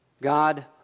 God